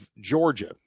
Georgia